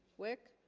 wick